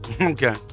Okay